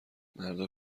مردا